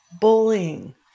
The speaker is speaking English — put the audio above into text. bullying